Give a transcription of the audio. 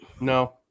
No